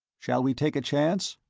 shall we take a chance?